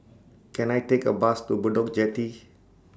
Can I Take A Bus to Bedok Jetty